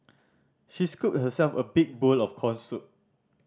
she scooped herself a big bowl of corn soup